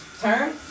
Turn